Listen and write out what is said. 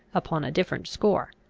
upon a different score.